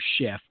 shift